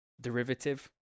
derivative